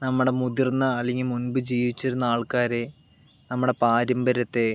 നമ്മുടെ മുതിർന്ന അല്ലെങ്കിൽ മുൻപ് ജീവിച്ചിരുന്ന ആൾക്കാരെ നമ്മുടെ പാരമ്പര്യത്തെ